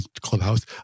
Clubhouse